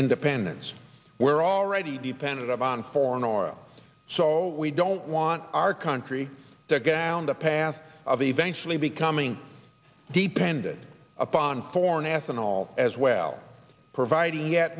independence we're already dependent on foreign oil so we don't want our country to guy on the path of eventually becoming dependent upon foreign athan all as well providing yet